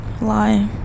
Lie